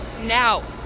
now